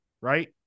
Right